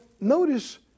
notice